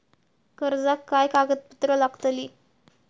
कर्जाक काय कागदपत्र लागतली?